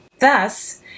Thus